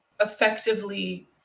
effectively